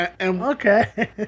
okay